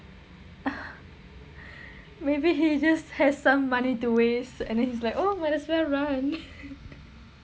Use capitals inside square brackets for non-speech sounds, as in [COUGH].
[LAUGHS] maybe he just has some money to waste and then he's like oh might as well run